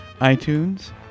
iTunes